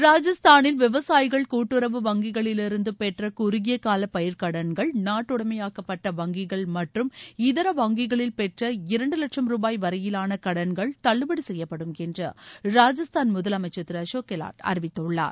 ராஜஸ்தானில் விவசாயிகள் கூட்டுறவு வங்கிகளிலிருந்து பெற்ற குறுகியகால பயிர்க்கடன்கள் நாட்டுடமையாக்கப்பட்ட வங்கிகள் மற்றும் இதர வங்கிகளில் பெற்ற இரண்டு வட்சம் ரூபாய் வரையிலான கடன்கள் தள்ளுபடி செய்யப்படும் என்று ராஜஸ்தான் முதலமைச்சர் திரு அசோக் கெலாட் அறிவித்துள்ளார்